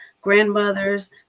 grandmothers